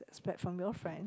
spread from your friend